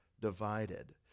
divided